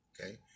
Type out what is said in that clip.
okay